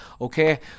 okay